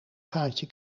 gaatje